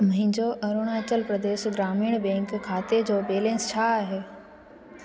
मुंहिंजो अरुणाचल प्रदेश ग्रामीण बैंक खाते जो बैलेंस छा आहे